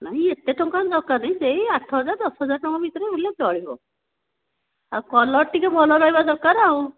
ନାହିଁ ଏତେ ଟଙ୍କା ଦରକାର ନାହିଁ ସେହି ଆଠ ହଜାର ଦଶ ହଜାର ଟଙ୍କା ଭିତରେ ରହିଲେ ଚଳିବ ଆଉ କଲର ଟିକେ ଭଲ ରହିବା ଦରକାର ଆଉ